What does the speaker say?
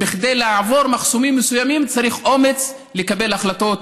כדי לעבור מחסומים מסוימים צריך אומץ לקבל החלטות.